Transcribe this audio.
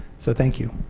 so thank you.